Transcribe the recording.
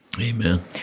Amen